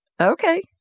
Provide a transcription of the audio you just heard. Okay